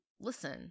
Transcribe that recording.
listen